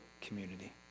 community